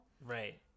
Right